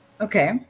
Okay